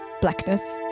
Blackness